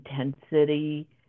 intensity